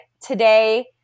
today